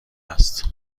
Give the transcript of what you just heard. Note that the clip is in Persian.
است